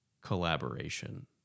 collaboration